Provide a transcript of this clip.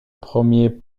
premier